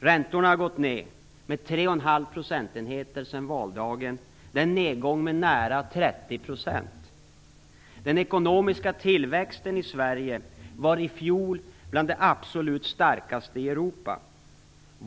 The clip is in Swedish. Räntorna har gått ned med 3 1⁄2 procentenheter sedan valdagen. Det är en nedgång med nära 30 %. Den ekonomiska tillväxten i Sverige var i fjol bland de absolut starkaste i Europa.